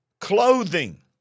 clothing